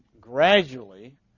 gradually